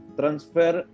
transfer